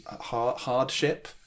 hardship